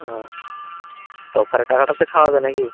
তা অফারের টাকাটাতে খাওয়াবে না কি